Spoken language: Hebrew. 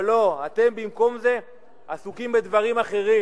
אבל לא, אתם במקום זה עסוקים בדברים אחרים.